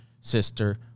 sister